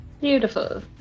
beautiful